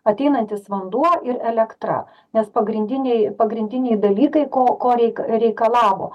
ateinantis vanduo ir elektra nes pagrindiniai pagrindiniai dalykai ko ko reik reikalavo